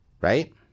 right